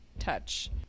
touch